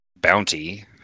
bounty